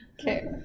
Okay